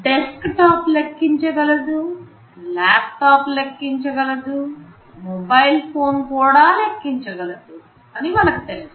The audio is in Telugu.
డెస్క్టాప్ లెక్కించగలదు ల్యాప్టాప్ లెక్కించగలదు మొబైల్ ఫోన్ కూడా లెక్కించగలదు ని మనకు తెలుసు